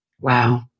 wow